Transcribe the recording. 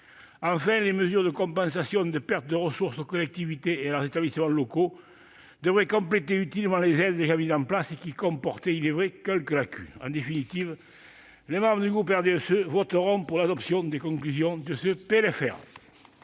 Enfin, les mesures de compensation de pertes de ressources offertes aux collectivités et à leurs établissements locaux devraient compléter utilement les aides qui avaient déjà été mises en place et qui comportaient, en vérité, quelques lacunes. En définitive, les membres du groupe du RDSE voteront pour l'adoption des conclusions de la